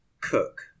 cook